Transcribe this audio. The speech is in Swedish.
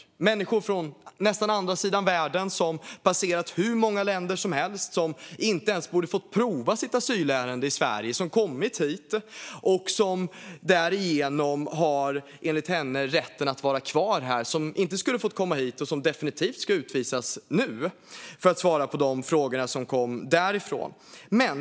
Det är människor från nästan andra sidan världen som har passerat hur många länder som helst och som inte ens borde ha fått sitt asylärende prövat i Sverige, som har kommit hit och enligt henne därigenom har rätt att vara kvar här, och som inte skulle ha fått komma hit och som definitivt ska utvisas nu, för att svara på de frågor som kom därifrån.